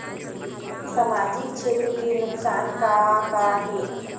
सामाजिक क्षेत्र के नुकसान का का हे?